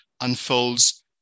unfolds